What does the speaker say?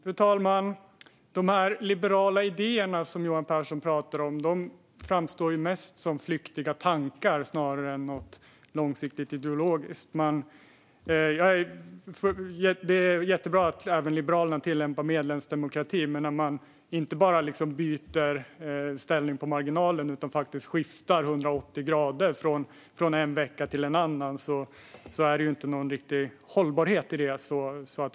Fru talman! De liberala idéer som Johan Pehrson talar om framstår mest som flyktiga tankar snarare än något långsiktigt ideologiskt. Det är jättebra att även Liberalerna tillämpar medlemsdemokrati, men när man inte bara byter ställning på marginalen utan från en vecka till en annan skiftar 180 grader finns det inte någon riktig hållbarhet i det hela.